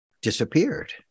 disappeared